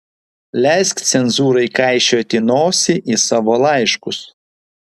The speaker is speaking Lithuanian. leisk cenzūrai kaišioti nosį į savo laiškus